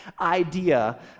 idea